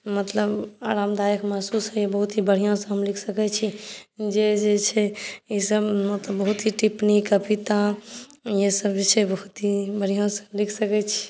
मतलब आरामदायक महसुस होइया मतलब बहुत ही बढ़िऑंसँ हम लिख सकै छी जे जे छै ई सभमे बहुत ही टिप्पणी कविता इहे सभ जे छै बहुत ही बढ़िआसँ लिख सकै छी